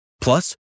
Plus